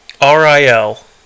R-I-L